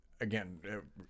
Again